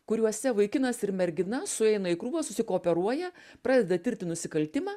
kuriuose vaikinas ir mergina sueina į krūvą susikooperuoja pradeda tirti nusikaltimą